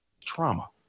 Trauma